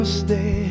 stay